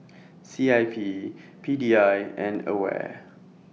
C I P P D I and AWARE